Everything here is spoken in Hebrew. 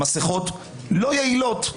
המסכות לא יעילות,